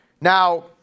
Now